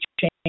change